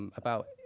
um about